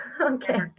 Okay